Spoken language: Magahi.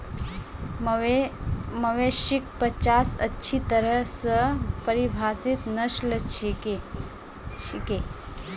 मवेशिक पचास अच्छी तरह स परिभाषित नस्ल छिके